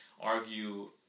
argue